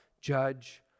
judge